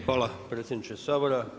Hvala predsjedniče Sabora.